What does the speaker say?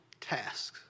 tasks